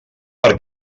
per